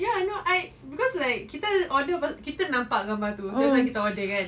ya I know I cause like kita order kita nampak gambar tu that's why kita order kan